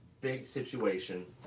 big situation,